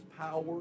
power